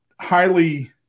highly